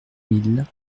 mille